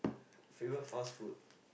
favourite fast food